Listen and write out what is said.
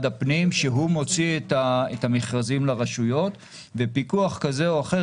הפנים שהוא מוציא את המכרזים לרשויות ופיקוח כזה או אחר,